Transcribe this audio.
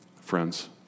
friends